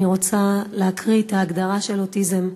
אני רוצה להקריא את ההגדרה של אוטיזם,